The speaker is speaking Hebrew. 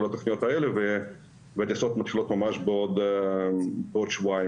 התוכניות האלה והטיסות מתחילות ממש בעוד שבועיים.